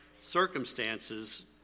circumstances